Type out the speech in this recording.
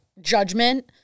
judgment